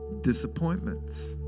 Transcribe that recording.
disappointments